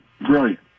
Brilliant